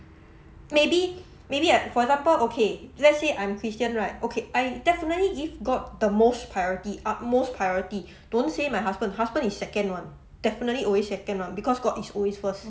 maybe maybe like for example okay let's say I'm christian right okay I definitely give god the most priority utmost priority don't say my husband husband is second [one] definitely always second [one] because god is always first